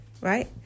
right